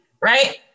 right